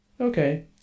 Okay